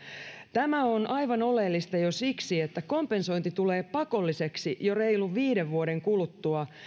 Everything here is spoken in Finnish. tämä on aivan oleellista jo siksi että kompensointi tulee pakolliseksi jo reilun viiden vuoden kuluttua